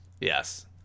Yes